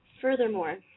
Furthermore